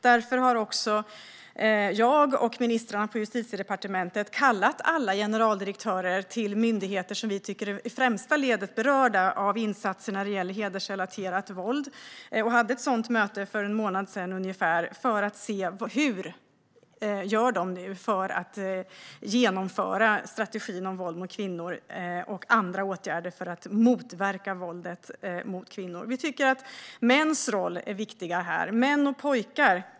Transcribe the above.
Därför har också jag och ministrarna på Justitiedepartementet kallat alla generaldirektörer för myndigheter, som i främsta ledet är berörda av insatser när det gäller hedersrelaterat våld, till ett möte. Vi hade ett sådant möte för ungefär en månad sedan. Vi ville se vad de gör för att genomföra strategin för att förebygga våld mot kvinnor och vilka andra åtgärder som de har vidtagit för att motverka våld mot kvinnor. Mäns, pojkars och föräldrars roller är viktiga här.